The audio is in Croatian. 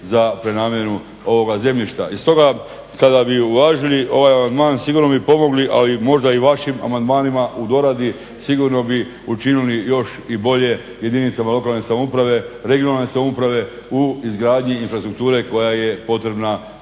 za prenamjenu ovoga zemljišta i stoga kada bi uvažili ovaj amandman sigurno bi pomogli a možda i vašim amandmanima u doradi sigurno bi učinili još i bolje jedinicama lokalne samouprave, regionalne samouprave u izgradnji infrastrukture koja je potrebna